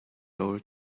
old